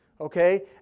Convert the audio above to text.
Okay